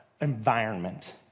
environment